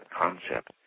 concept